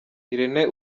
irene